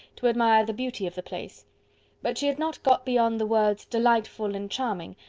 to admire the beauty of the place but she had not got beyond the words delightful, and charming,